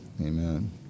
amen